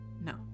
No